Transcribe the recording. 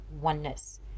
oneness